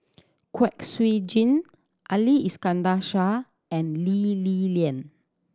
Kwek Siew Jin Ali Iskandar Shah and Lee Li Lian